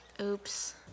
oops